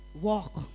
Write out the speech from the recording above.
Walk